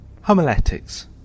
Homiletics